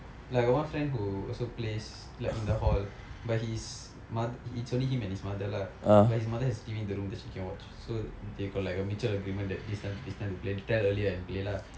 like I got one friend who also plays like in the hall but his moth~ it's only him and his mother lah but his mother has to give him the room then she can watch so they got like a mutual agreement that this time to this time to play they tell earlier and play lah